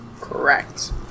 Correct